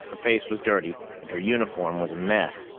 her face was dirty and her uniform was a mess.